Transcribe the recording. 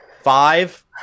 Five